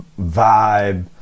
vibe